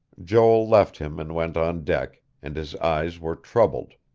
joel left him and went on deck, and his eyes were troubled.